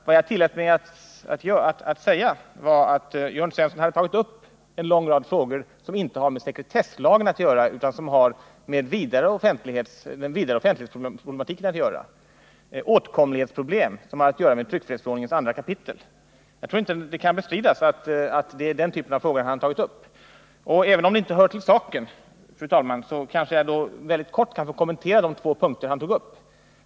Vad jag tillät mig att säga var att Jörn Svensson hade tagit upp en lång rad frågor som inte har med sekretesslagen att göra utan som har med den vidare offentlighetsproblematiken att göra. Det rör sig om åtkomlighetsproblem som har att göra med tryckfrihetsförordningens andra kapitel. Jag tror inte att det kan bestridas att det är den typen av frågor han har tagit upp. Aven om det inte hör till saken, fru talman, kanske jag mycket kort kan få kommentera de två punkter han tog upp.